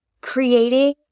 Creating